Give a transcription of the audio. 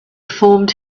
formed